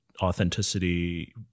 authenticity